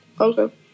Okay